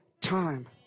time